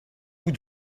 vous